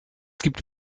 gibt